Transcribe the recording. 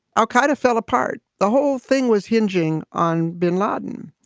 al-qaida fell apart. the whole thing was hinging on bin laden.